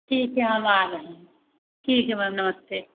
ठीक है हम आ रहे हैं ठीक है मैम नमस्ते